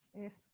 yes